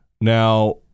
Now